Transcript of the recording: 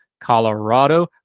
Colorado